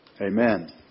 amen